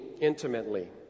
intimately